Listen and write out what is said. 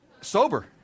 Sober